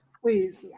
Please